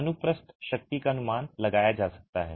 अनुप्रस्थ शक्ति का अनुमान लगाया जा सकता है